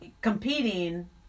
competing